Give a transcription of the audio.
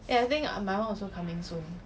eh I think my [one] also coming soon